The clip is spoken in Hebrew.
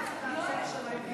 את רואה את זה מהצד של הגן.